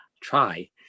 Try